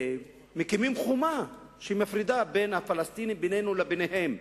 מקימים חומה שמפרידה בינינו לבין הפלסטינים.